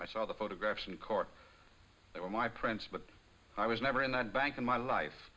i saw the photographs in court they were my prints but i was never in that bank in my life